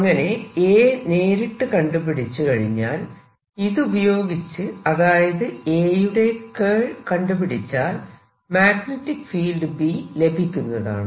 അങ്ങനെ A നേരിട്ട് കണ്ടു പിടിച്ചു കഴിഞ്ഞാൽ ഇതുപയോഗിച്ച് അതായത് A യുടെ കേൾ കണ്ടുപിടിച്ചാൽ മാഗ്നെറ്റിക് ഫീൽഡ് B ലഭിക്കുന്നതാണ്